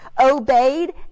obeyed